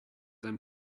then